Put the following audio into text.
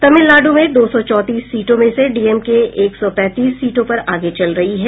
तामिलनाडू में दो सौ चौंतीस सीटों में से डीएमके एक सौ पैंतीस सीटों पर आगे चल रही है